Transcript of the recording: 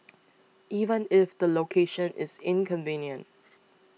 even if the location is inconvenient